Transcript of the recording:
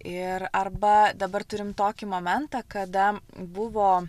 ir arba dabar turim tokį momentą kada buvo